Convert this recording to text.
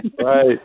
Right